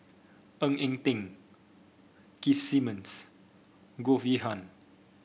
Ng Eng Teng Keith Simmons Goh Yihan